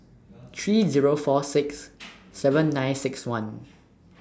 three Zero four six seven nine six one